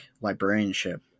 librarianship